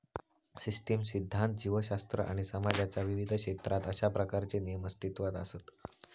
system सिध्दांत, जीवशास्त्र आणि समाजाच्या विविध क्षेत्रात अशा प्रकारचे नियम अस्तित्वात असत